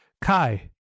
Kai